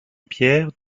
pierre